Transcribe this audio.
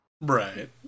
Right